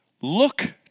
Look